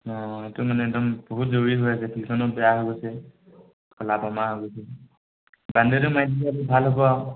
অঁ এইটো মানে একদম বহুত জৰুৰী হৈ আছে বেয়া হৈ গৈছে খলা বমা হৈ গৈছে বাউণ্ডাৰীটো মাৰি ভাল হ'ব আৰু